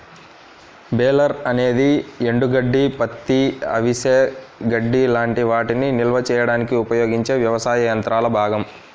baler అనేది ఎండుగడ్డి, పత్తి, అవిసె గడ్డి లాంటి వాటిని నిల్వ చేయడానికి ఉపయోగించే వ్యవసాయ యంత్రాల భాగం